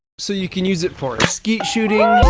so, you can use it for skeet shooting,